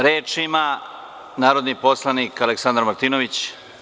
Reč ima narodni poslanik Aleksandar Martinović.